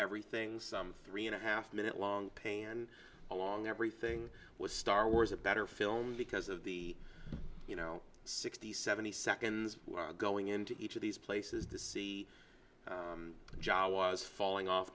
everything's some three and a half minute long pain and a long everything was star wars a better film because of the you know sixty seventy seconds going into each of these places to see job was falling off